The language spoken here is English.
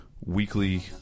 weekly